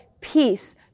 peace